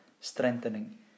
strengthening